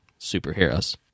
superheroes